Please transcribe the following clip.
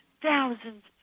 thousands